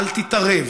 אל תתערב,